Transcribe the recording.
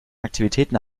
aktivitäten